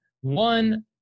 one